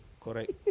Correct